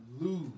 lose